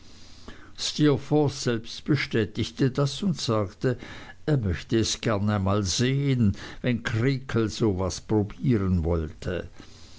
bestätigte das und sagte er möchte es gern einmal sehen wenn creakle so was probieren wollte